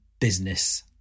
business